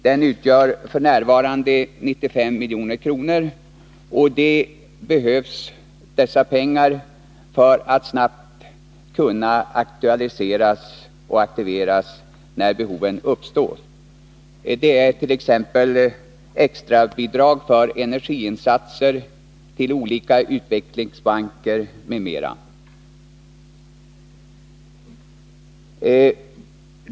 Den utgör f.n. 95 milj.kr., och dessa pengar behövs för att snabbt kunna aktualiseras och aktiveras när behov uppstår. Det är t.ex. fråga om extra bidrag för energiinsatser, till olika utvecklingsbanker m.m.